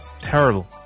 Terrible